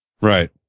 right